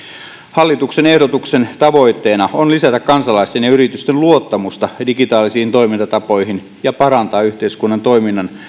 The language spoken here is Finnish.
hallituksen ehdotuksen tavoitteena on lisätä kansalaisten ja yritysten luottamusta digitaalisiin toimintatapoihin ja parantaa yhteiskunnan toiminnan